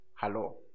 hello